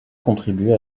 contribuer